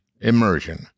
Immersion